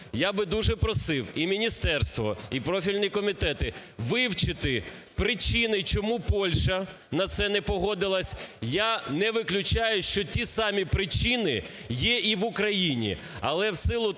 Я би дуже просив і міністерство, і профільні комітети вивчити причини, чому Польща на це не погодилась. Я не виключаю, що ті самі причини є і в Україні.